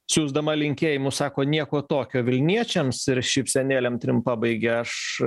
siųsdama linkėjimus sako nieko tokio vilniečiams ir šypsenėlėm trim pabaigia aš